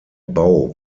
bau